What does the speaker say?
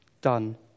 Done